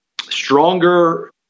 stronger